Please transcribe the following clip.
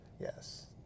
Yes